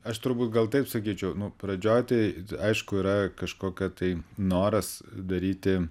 aš turbūt gal taip sakyčiau nu pradžioj tai aišku yra kažkokia tai noras daryti